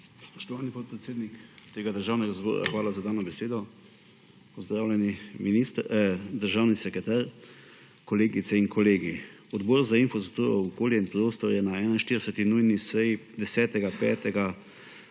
Spoštovani podpredsednik tega Državnega zbora, hvala za dano besedo. Pozdravljeni državni sekretar, kolegice in kolegi! Odbor za infrastrukturo, okolje in prostor je na 41. nujni seji 10. 5.